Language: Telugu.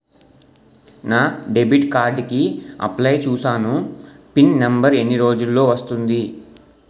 నా డెబిట్ కార్డ్ కి అప్లయ్ చూసాను పిన్ నంబర్ ఎన్ని రోజుల్లో వస్తుంది?